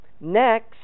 Next